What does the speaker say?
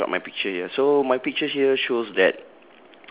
so I describe my picture here so my pictures here shows that